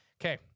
Okay